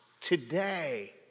today